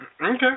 Okay